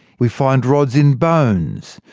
we find rods in bones,